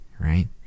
right